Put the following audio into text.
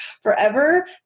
forever